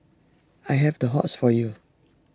I have the hots for you